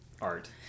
art